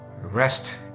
Rest